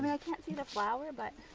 i can't see the flower but